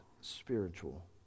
spiritual